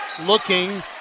looking